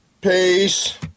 peace